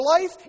life